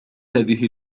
هذه